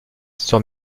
sur